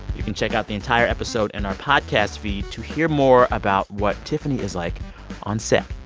you can check out the entire episode in our podcast feed to hear more about what tiffany is like on set.